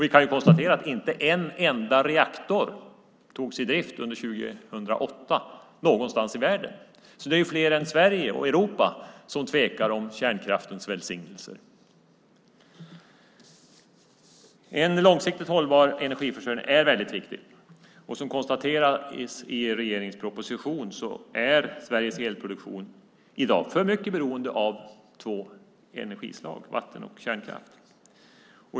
Vi kan konstatera att inte någonstans i världen togs en enda reaktor i drift under 2008. Det är alltså fler än vi i Sverige och Europa som tvekar om kärnkraftens välsignelse. En långsiktigt hållbar energiförsörjning är viktig, och som konstateras i regeringens proposition är Sveriges elproduktion i dag för mycket beroende av två energislag, vatten och kärnkraft.